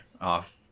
off